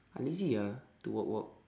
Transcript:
I lazy ah to walk walk